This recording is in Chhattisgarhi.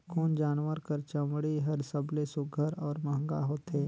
कोन जानवर कर चमड़ी हर सबले सुघ्घर और महंगा होथे?